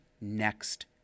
next